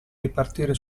ripartire